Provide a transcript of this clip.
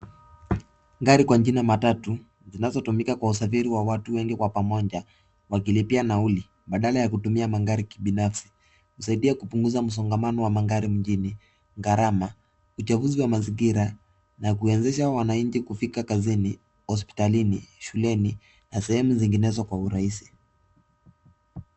Gari kwa jina matatu, zinatumika kwa usafiri wa watu wengi kwa pamoja wakilipia nauli badala ya kutumia magari kibinafsi, husaidia kupunguza msongano wa magari mjini, gharama, uchafuzi wa mazingira na kuwezesha wananchi kufika kazini, hospitalini, shuleni na sehemu zinginezo kwa urahisi.